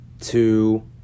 two